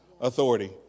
authority